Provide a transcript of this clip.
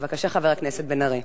בבקשה, חבר הכנסת בן-ארי.